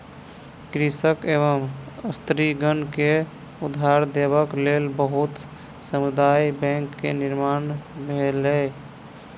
कृषक एवं स्त्रीगण के उधार देबक लेल बहुत समुदाय बैंक के निर्माण भेलै